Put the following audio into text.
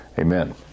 Amen